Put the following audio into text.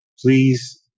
please